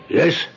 Yes